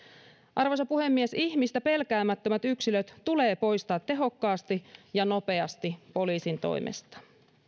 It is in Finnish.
arvoisa puhemies ihmistä pelkäämättömät yksilöt tulee poistaa tehokkaasti ja nopeasti poliisin toimesta